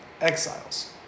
exiles